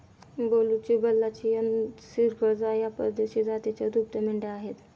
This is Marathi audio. बलुची, बल्लाचियन, सिर्गजा या परदेशी जातीच्या दुभत्या मेंढ्या आहेत